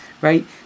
right